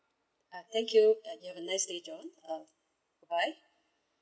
uh thank you you have a nice day john uh bye